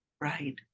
Right